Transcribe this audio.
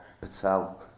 Patel